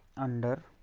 under